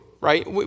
right